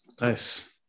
Nice